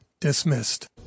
dismissed